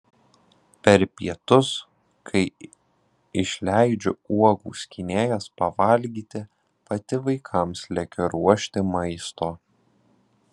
per pietus kai išleidžiu uogų skynėjas pavalgyti pati vaikams lekiu ruošti maisto